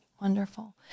Wonderful